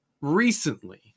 recently